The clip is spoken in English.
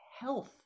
health